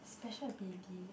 special ability